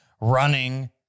running